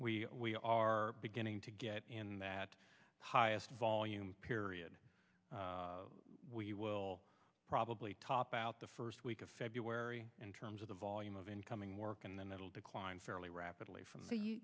we are beginning to get in that highest volume period we will probably top out the first week of february in terms of the volume of incoming work in the middle declined fairly rapidly from